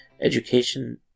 Education